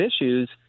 issues